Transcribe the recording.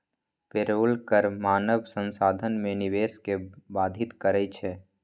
payroll कर मानव संसाधन में निवेश के बाधित करइ छै